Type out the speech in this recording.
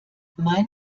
mein